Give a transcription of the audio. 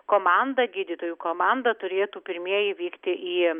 komanda gydytojų komanda turėtų pirmieji vykti į